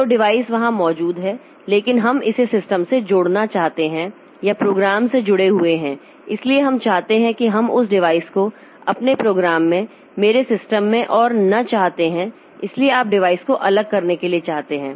तो डिवाइस वहां मौजूद है लेकिन हम इसे सिस्टम से जोड़ना चाहते हैं या प्रोग्राम से जुड़े हुए हैं इसलिए हम चाहते हैं कि हम उस डिवाइस को अपने प्रोग्राम में मेरे सिस्टम में और न चाहते हैं इसलिए आप डिवाइस को अलग करने के लिए चाहते हैं